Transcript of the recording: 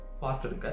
faster